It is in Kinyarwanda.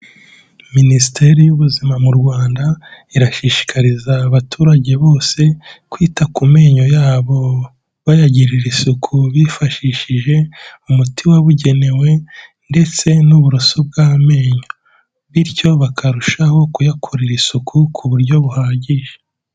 Minisiteri y'Ubuzima mu Rwanda, irashishikariza abaturage bose, kwita ku menyo yabo, bayagirira isuku bifashishije umuti wabugenewe ndetse n'uburoso bw'amenyo. Bityo bakarushaho kuyakorera isuku, ku buryo buhagije.